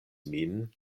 min